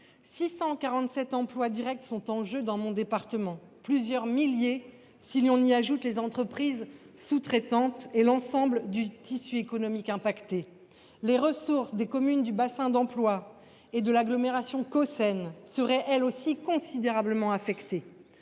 647 emplois directs sont en jeu, voire plusieurs milliers si l’on tient compte des entreprises sous traitantes et de l’ensemble du tissu économique touché. Les ressources des communes du bassin d’emploi et de l’agglomération Caux Seine seraient elles aussi considérablement affectées.